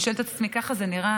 אני שואלת את עצמי: ככה זה נראה?